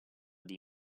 dei